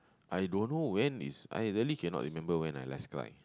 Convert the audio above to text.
I don't know when is I really cannot remember when I last cry